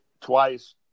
twice